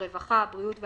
הרווחה הבריאות והקהילה,